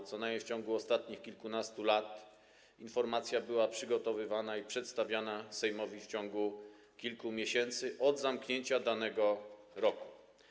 W ciągu ostatnich co najmniej kilkunastu lat informacja była przygotowywana i przedstawiana Sejmowi w ciągu kilku miesięcy od zamknięcia danego roku.